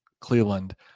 Cleveland